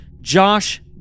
Josh